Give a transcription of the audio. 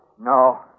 No